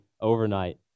overnight